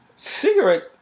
Cigarette